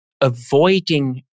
avoiding